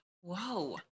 Whoa